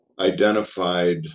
identified